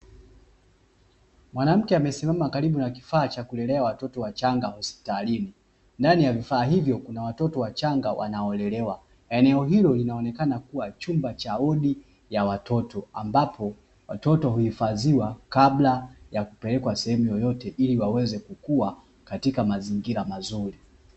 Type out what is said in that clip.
Mwanamke amesimama karibu na kifaa cha kulelea watoto wachanga hospitalini, ndani ya vifaa hivyo kuna watoto wachanga wanaolelewa. Eneo hilo linaonekana kuwa chumba cha wodi ya watoto, ambapo watoto huhifadhiwa kabla ya kepelekwa sehemu yoyote ili waweze kukuwa katika mazingira mazuri.